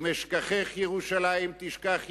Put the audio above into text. אם אשכחך ירושלים תשכח ימיני,